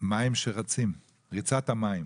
מים רצים, ריצת המים.